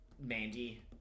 Mandy